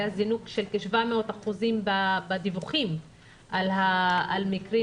היה זינוק של כ-700% בדיווחים על מקרים